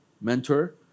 mentor